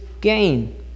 gain